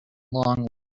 long